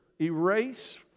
erase